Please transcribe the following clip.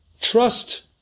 Trust